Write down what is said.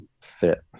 fit